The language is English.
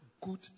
good